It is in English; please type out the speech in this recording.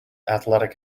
athletic